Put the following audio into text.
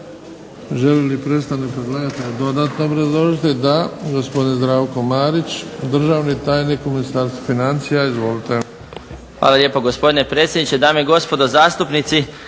Hvala lijepo gospodine predsjedniče, dame i gospodo zastupnici.